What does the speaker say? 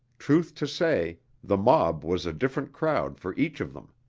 truth to say, the mob was a different crowd for each of them.